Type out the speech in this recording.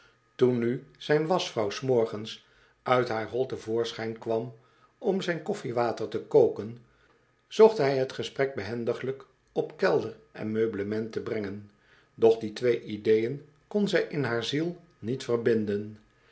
toen nu zijn waschvrouw s morgens uit haar hol te voorschijn kwam om zijn koffie water te koken zocht hy het gesprek behendiglijk op kelder en meublement te brengen doch die twee ideeën kon zij in haar ziel niet verbinden